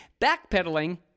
backpedaling